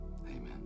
amen